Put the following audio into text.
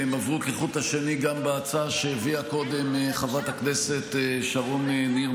והם עברו כחוט השני גם בהצעה שהביאה קודם חברת הכנסת שרון ניר,